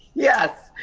yes,